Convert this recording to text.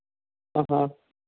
ആ ഹാ